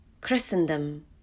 Christendom